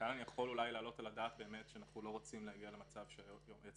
כאן יכול אולי להעלות על הדעת שאנחנו לא רוצים להגיע למצב שהיועץ